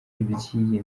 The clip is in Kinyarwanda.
by’iyi